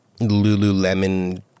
Lululemon